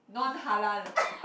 non-halal